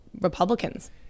Republicans